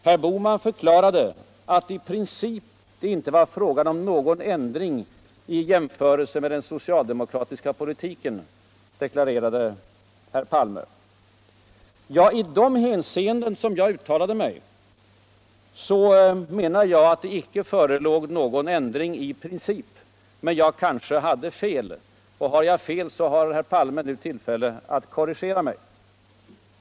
”Herr Bohman förklarade att i princip det inte var fråga om någon ändring i jämförelse med den socialdemokratiska politiken”, deklarerade herr Palme. Ja, i de hänseenden som Jag uttalade mig menade jag att det inte förelåg någon ändring i princip, men jag kanske hade fel. I så fall har herr Palme nu tillfälle avt korrigera mig.